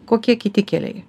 kokie kiti keliai